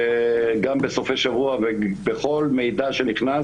גם בסופי שבוע ובכל מידע שנכנס